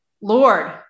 Lord